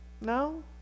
no